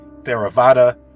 Theravada